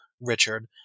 Richard